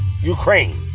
Ukraine